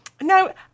no